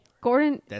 Gordon